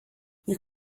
you